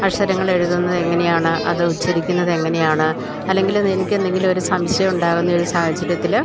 അക്ഷരങ്ങളെഴുതുന്നതെങ്ങനെയാണ് അത് ഉച്ചരിക്കുന്നതെങ്ങനെയാണ് അല്ലെങ്കില് എനിക്കെന്തെങ്കിലുമൊരു സംശയമുണ്ടാകുന്ന ഒരു സാഹചര്യത്തില്